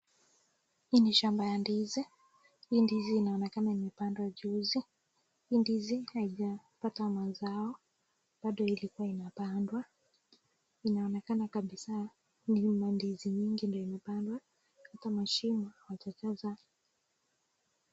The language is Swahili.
Hii ni shamba ya ndizi hii ndizi inaoekana kuwa hii ndizi imepandwa hii ndizi haijapata mazao juzi inaonekana kabisa mandizi mingi ndio imepandwa huku mashimo haijajazwa.